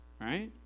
Right